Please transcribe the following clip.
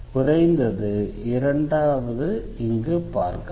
குறைந்தது இரண்டாவது இங்கு பார்க்கலாம்